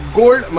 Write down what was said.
gold